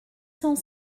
cent